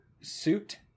Suit